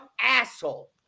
asshole